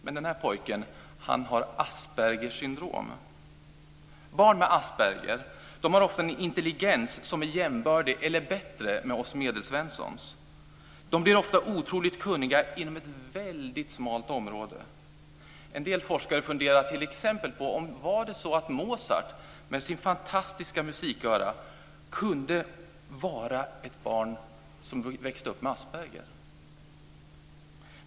Men den här pojken har Aspergers syndrom. Barn med Asperger har ofta en intelligens som är jämbördig med eller bättre än Medelsvenssons. De blir ofta otroligt kunniga inom ett väldigt smalt område. En del forskare funderar t.ex. på om Mozart med sitt fantastiska musiköra kan ha varit ett barn som växte upp med Asperger.